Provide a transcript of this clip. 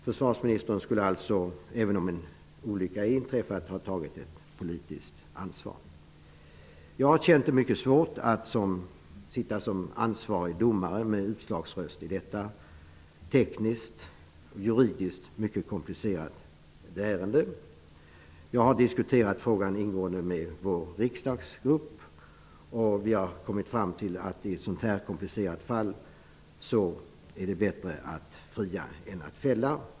Försvarsministern skulle alltså, även om en olycka inträffat, ha tagit ett politiskt ansvar. Jag har upplevt det som mycket svårt att sitta som ansvarig domare med utslagsröst i detta tekniskt, juridiskt mycket komplicerade ärende. Jag har diskuterat frågan ingående med vår riksdagsgrupp, och vi har kommit fram till att det i ett så här komplicerat fall är bättre att fria än att fälla.